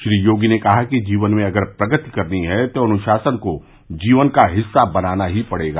श्री योगी ने कहा कि जीवन में अगर प्रगति करनी है तो अनुशासन को जीवन का हिस्सा बनाना ही पड़ेगा